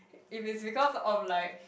if it's because of like